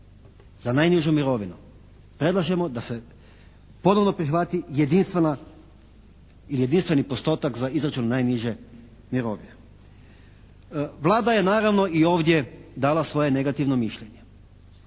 za najnižu mirovinu, predlažemo da se ponovo prihvati jedinstvena ili jedinstveni postotak za izračun najniže mirovine. Vlada je naravno i ovdje dala svoje negativno mišljenje,